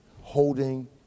Holding